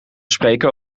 spreken